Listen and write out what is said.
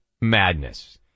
madness